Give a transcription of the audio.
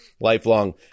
lifelong